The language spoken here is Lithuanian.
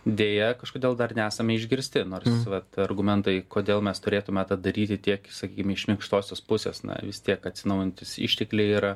deja kažkodėl dar nesame išgirsti nors vat argumentai kodėl mes turėtume tą daryti tiek sakykim iš minkštosios pusės na vis tiek atsinaujinantys ištekliai yra